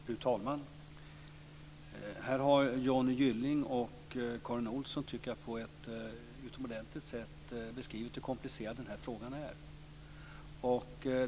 Fru talman! Här har Johnny Gylling och Karin Olsson på ett utomordentligt sätt beskrivit hur komplicerad denna fråga är.